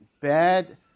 bad